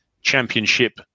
championship